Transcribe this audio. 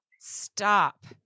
Stop